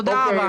תודה רבה.